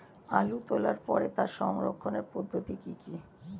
আলু তোলার পরে তার সংরক্ষণের পদ্ধতি কি কি?